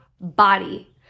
body